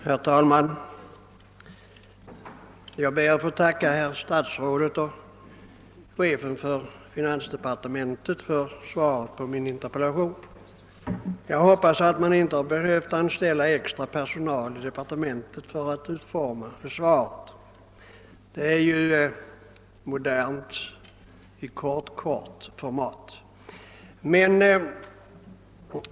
Herr talman! Jag ber att få tacka herr statsrådet och chefen för finansdepartementet för svaret på min interpellation. Jag hoppas att man inte har behövt anställa extra personal i departementet för att utforma svaret, som ju är hållet i modernt kort-kort format.